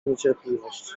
niecierpliwość